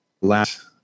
last